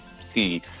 see